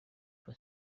for